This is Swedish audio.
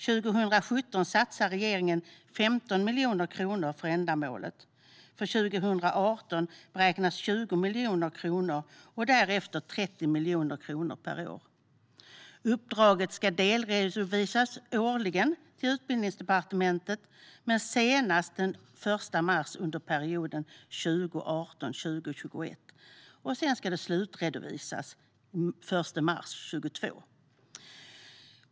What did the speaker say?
År 2017 satsar regeringen 15 miljoner kronor för ändamålet. År 2018 beräknar man att 20 miljoner satsas, och därefter blir det 30 miljoner kronor per år. Uppdraget ska delredovisas till Utbildningsdepartementet årligen, men senast den 1 mars, under perioden 2018-2021. Sedan ska det hela slutredovisas den 1 mars 2022.